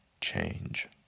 Change